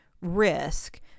risk